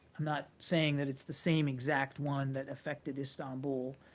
i'm not saying that it's the same exact one that affected istanbul,